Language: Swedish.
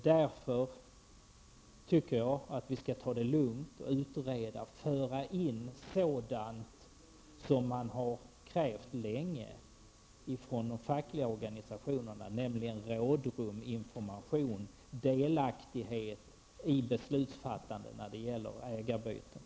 Därför tycker jag att vi skall ta det lugnt, utreda och föra in sådant som de fackliga organisationerna länge har krävt, nämligen information, rådrum och delaktighet i beslutsfattandet när det gäller ägarbyten.